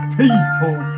people